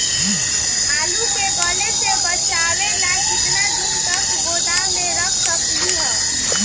आलू के गले से बचाबे ला कितना दिन तक गोदाम में रख सकली ह?